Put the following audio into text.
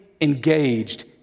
engaged